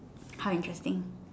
how interesting